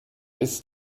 ist